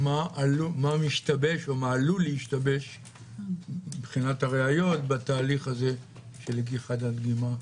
מה משתבש או מה עלול להשתבש מבחינת הראיות בתהליך הזה של לקיחת הדגימה?